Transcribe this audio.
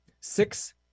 six